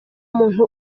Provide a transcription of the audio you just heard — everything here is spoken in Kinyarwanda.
muntu